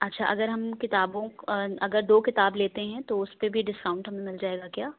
اچھا اگر ہم کتابوں اگر دو کتاب لیتے ہیں تو اُس پہ بھی ڈسکاؤنٹ ہمیں مل جائے گا کیا